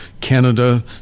Canada